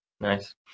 nice